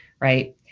right